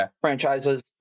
franchises